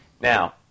Now